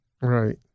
Right